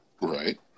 Right